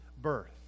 birth